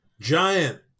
giant